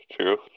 true